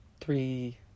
three